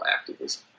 activism